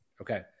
Okay